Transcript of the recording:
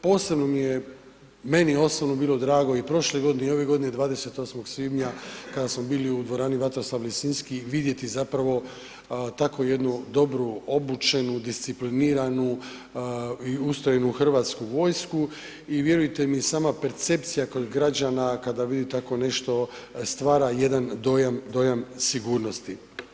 Posebno mi je, meni osobno, bilo drago i prošle godine i ove godine, 28. svibnja kada smo bili u Dvorani Vatroslav Lisinski vidjeti zapravo takvu jednu dobru obučenu, discipliniranu i ustrojenu Hrvatsku vojsku i vjerujte mi, sama percepcija kod građana, kada vidi tako nešto, stvara jedan dojam sigurnosti.